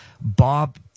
Bob